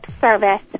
service